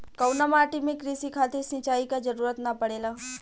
कउना माटी में क़ृषि खातिर सिंचाई क जरूरत ना पड़ेला?